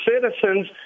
citizens